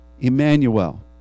Emmanuel